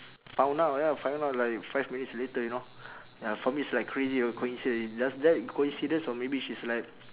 found out ya find out like five minutes later you know ya for me it's like crazy a coincidence does that coincidence or maybe she's like